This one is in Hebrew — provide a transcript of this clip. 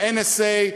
ל-NSA,